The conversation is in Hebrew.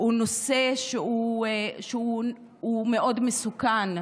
הוא נושא מאוד מסוכן.